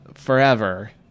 Forever